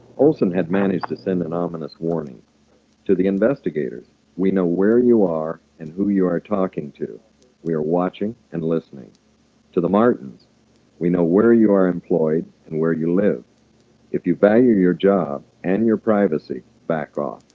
olsen had managed to send an ominous warning to the investigators we know where you are and who you are talking to we are watching and listening to the martins we know where you are employed and where you live if you value your job and your privacy, back off